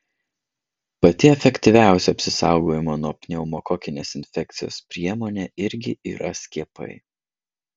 pati efektyviausia apsisaugojimo nuo pneumokokinės infekcijos priemonė irgi yra skiepai